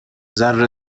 ذره